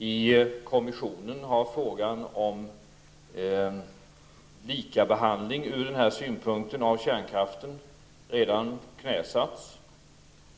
I kommissionen har frågan om likabehandling när det gäller kärnkraften redan knäsatts.